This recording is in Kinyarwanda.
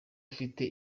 afite